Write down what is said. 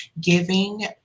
giving